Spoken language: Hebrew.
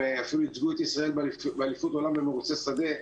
אפילו ייצגו את ישראל באליפות עולם במרוצי שדה.